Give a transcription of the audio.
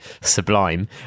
sublime